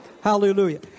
Hallelujah